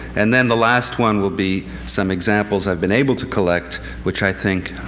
and then the last one will be some examples i've been able to collect, which i think